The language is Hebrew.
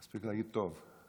מספיק להגיד "טוב".